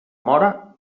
móra